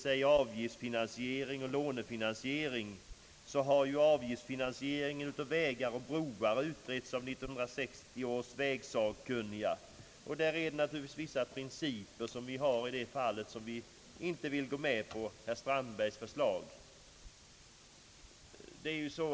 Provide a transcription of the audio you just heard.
Jag vill nämna att frågan om avgiftsfinasiering av vägar och broar har utretts av 1960 års vägsakkunniga. Vi kan av principiella skäl inte gå med på herr Strandbergs förslag.